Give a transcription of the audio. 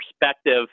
perspective